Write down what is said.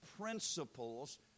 principles